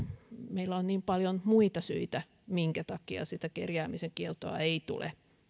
meillä on niin paljon muita syitä minkä takia sitä kerjäämisen kieltoa ei tule